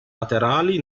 laterali